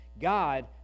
God